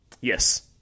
Yes